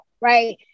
right